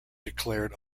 declared